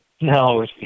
No